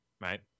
right